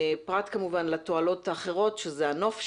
זה פרט לתועלות האחרות שזה הנוף שלנו,